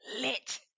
lit